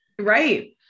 Right